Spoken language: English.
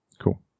Cool